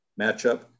matchup